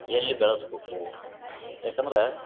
ಎಲ್ಲಿ ಬೆಳಸ್ಬಕು ಏಕಂದ್ರ